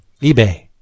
eBay